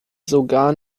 sogar